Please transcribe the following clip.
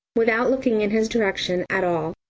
without looking in his direction at all.